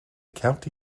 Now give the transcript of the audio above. county